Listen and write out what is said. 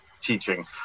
teaching